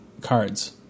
cards